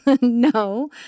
No